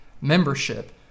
membership